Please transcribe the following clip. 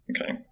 Okay